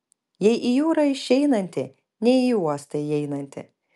nei į jūrą išeinantį nei į uostą įeinantį